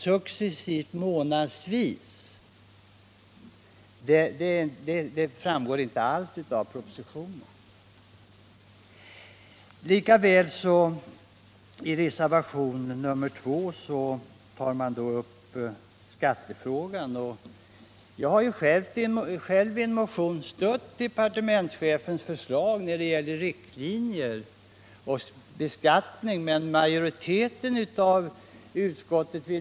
Detta framgår inte alls av reservationen. I reservation 2 tar reservanterna upp skattefrågan. Jag har själv i en motion stött departementschefens förslag när det gäller riktlinjer och beskattning.